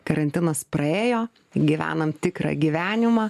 karantinas praėjo gyvenam tikrą gyvenimą